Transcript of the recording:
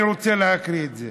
אני רוצה להקריא את זה.